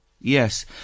Yes